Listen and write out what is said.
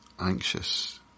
anxious